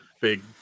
big